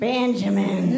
Benjamin